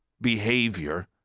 behavior